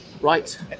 Right